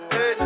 Hey